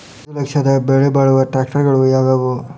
ಐದು ಲಕ್ಷದ ಬೆಲೆ ಬಾಳುವ ಟ್ರ್ಯಾಕ್ಟರಗಳು ಯಾವವು?